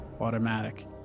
automatic